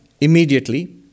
Immediately